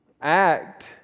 act